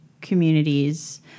communities